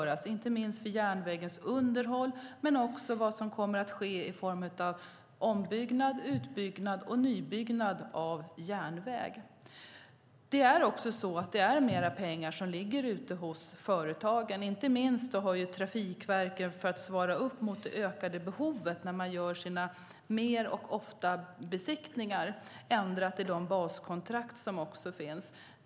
Det handlar inte minst om järnvägens underhåll men också om vad som kommer att ske i form av ombyggnad, utbyggnad och nybyggnad av järnväg. Det ligger också mer pengar ute hos företagen. Inte minst har Trafikverket för att svara upp mot det ökade behovet, när man gör besiktningar mer ofta, ändrat i de baskontrakt som finns.